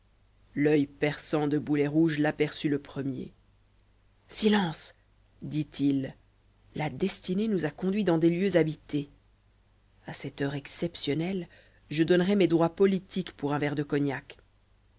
l'oeil perçant de boulet rouge l'aperçut le premier silence dit-il la destinée nous a conduits dans des lieux habités à cette heure exceptionnelle je donnerais mes droits politiques pour un verre de cognac